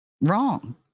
wrong